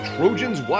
Trojans